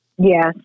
Yes